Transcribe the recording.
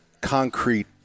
concrete